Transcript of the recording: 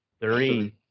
Three